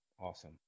Awesome